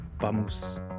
Vamos